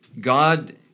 God